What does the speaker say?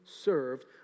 served